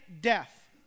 death